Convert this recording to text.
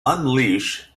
unleash